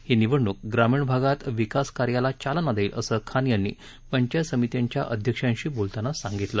ही निवडणूक ग्रामीण भागात विकासकार्याला चालना देईल असं खान यांनी पंचायत समित्यांच्या अध्यक्षांशी बोलताना सांगितलं